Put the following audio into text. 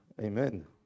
Amen